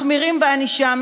מחמירים בענישה,